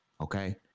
okay